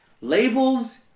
Labels